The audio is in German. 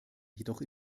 jedoch